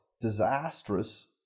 disastrous